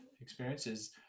experiences